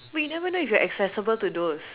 but you never know if you are accessible to those